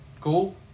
Cool